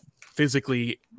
physically